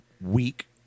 week